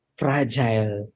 fragile